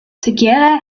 tegearre